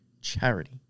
charity